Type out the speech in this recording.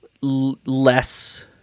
less